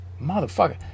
Motherfucker